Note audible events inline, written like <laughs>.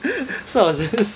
<laughs> so I was